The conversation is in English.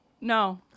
No